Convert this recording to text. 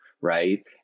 right